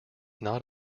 not